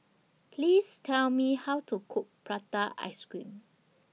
Please Tell Me How to Cook Prata Ice Cream